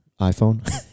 iPhone